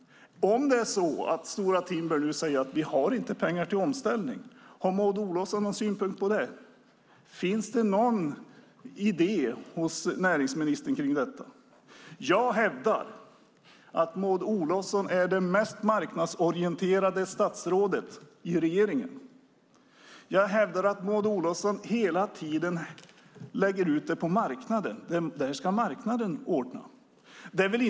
Om Stora Timber säger att de inte har pengar till omställning, har Maud Olofsson någon synpunkt på det? Har näringsministern någon idé beträffande detta? Jag hävdar att Maud Olofsson är det mest marknadsorienterade statsrådet i regeringen. Jag hävdar att Maud Olofsson hela tiden lägger ut åtgärderna på marknaden, att det är marknaden som ska ordna det hela.